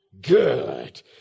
Good